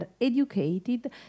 educated